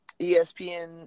ESPN